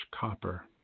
copper